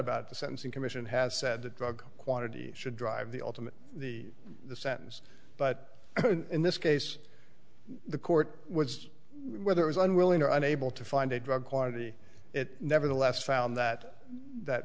about the sentencing commission has said that drug quantity should drive the ultimate the sentence but in this case the court was whether it was unwilling or unable to find a drug quantity it nevertheless found that that